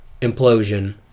implosion